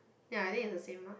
ya I think is the same lah